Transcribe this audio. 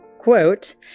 quote